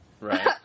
Right